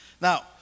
Now